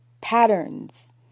patterns